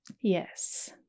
Yes